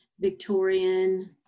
Victorian